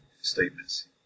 statements